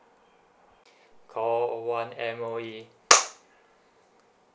call one M_O_E